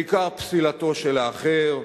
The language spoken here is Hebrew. בעיקר פסילתו של האחר,